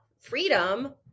freedom